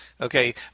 okay